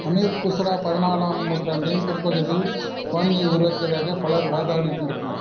அமீர் குஸ்ரா பதினாலாம் நூற்றாண்டின் பிற்பகுதியில் பாணியை உருவாக்கியதாக பலர் வாதாடுகின்றனர்